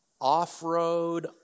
Off-road